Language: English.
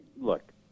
Look